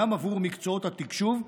גם עבור מקצועות התקשוב,